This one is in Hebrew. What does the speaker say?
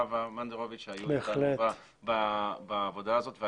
ולחוה מונדרוביץ שהיו אתנו בעבודה הזאת,